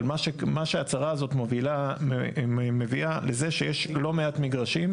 אבל מה שהצרה הזאת מביאה לזה שיש לא מעט מגרשים,